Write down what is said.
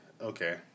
okay